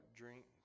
drink